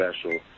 special